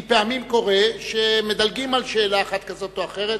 כי פעמים קורה שמדלגים על שאלה כזאת או אחרת.